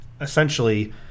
essentially